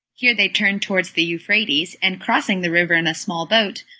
here they turned towards the euphrates, and crossing the river in a small boat,